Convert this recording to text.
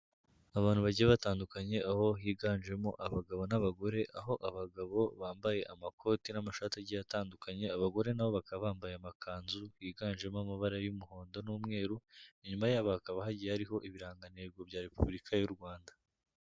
Abantu bagiye batandukanye aho higanjemo abagabo n'abagore, aho abagabo bambaye amakoti n'amashati agiye atandukanye, abagore nabo bakaba bambaye amakanzu yiganjemo amabara y'umuhondo n'umweru, inyuma yabo hakaba hagiye hariho ibirangantego bya Repubulika y'u Rwanda.